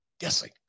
guessing